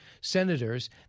senators